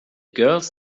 girls